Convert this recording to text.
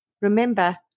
Remember